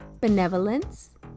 Benevolence